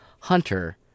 Hunter